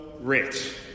rich